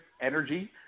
Energy